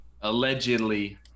Allegedly